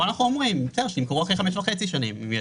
כאן אנחנו אומרים שימכור אחרי חמש וחצי שנים.